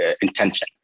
intention